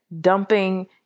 dumping